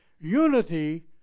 unity